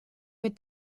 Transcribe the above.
mit